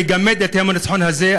לגמד את יום הניצחון הזה.